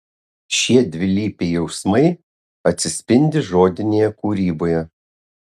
šie dvilypiai jausmai atsispindi žodinėje kūryboje